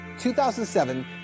2007